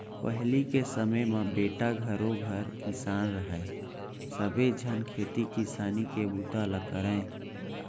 पहिली के समे म बेटा घरों घर किसान रहय सबे झन खेती किसानी के बूता ल करयँ